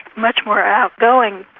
much more outgoing,